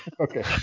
Okay